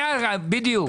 בדיוק.